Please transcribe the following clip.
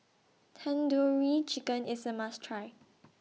Tandoori Chicken IS A must Try